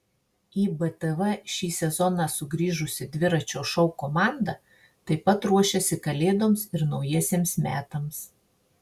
į btv šį sezoną sugrįžusi dviračio šou komanda taip pat ruošiasi kalėdoms ir naujiesiems metams